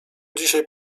dzisiaj